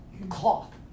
cloth